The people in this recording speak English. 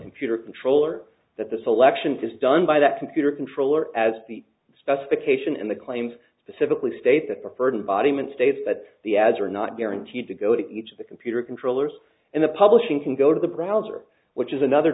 computer controller that the selection is done by that computer controller as the specification and the claims specifically state that preferred bottom and states that the ads are not guaranteed to go to the computer controllers and the publishing can go to the browser which is another